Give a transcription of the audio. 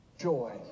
joy